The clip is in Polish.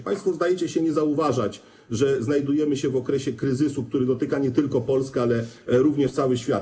Państwo, zdaje się, nie zauważacie, że znajdujemy się w okresie kryzysu, który dotyka nie tylko Polskę, ale również cały świat.